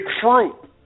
fruit